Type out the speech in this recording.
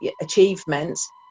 achievements